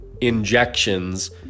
injections